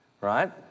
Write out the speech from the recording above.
right